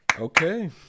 Okay